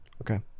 Okay